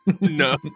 No